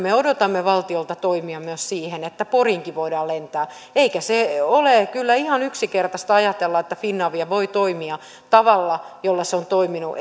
odotamme valtiolta toimia myös siihen että poriinkin voidaan lentää eikä ole kyllä ihan yksinkertaista ajatella että finavia voi toimia tavalla jolla se on toiminut